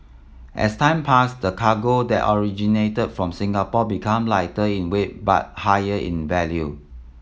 as time passed the cargo that originated from Singapore become lighter in weight but higher in value